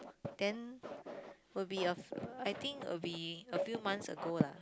then will be a I think will be a few months ago lah